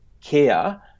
care